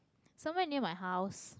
somewhere near my house